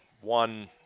one